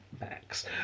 Max